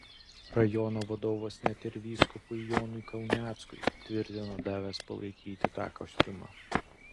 rajono vadovas net ir vyskupui jonui kauneckui tvirtino davęs palaikyti tą kostiumą